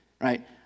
right